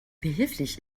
behilflich